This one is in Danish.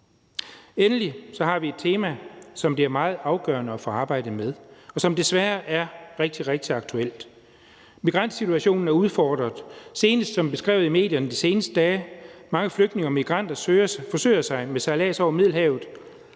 Endelig har vi et tema, som det er meget afgørende at få arbejdet med, og som desværre er rigtig, rigtig aktuelt: Migrantsituationen er udfordret. Senest, som beskrevet i medierne de seneste dage, forsøger mange flygtninge og migranter sig med sejlads over Middelhavet,